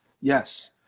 Yes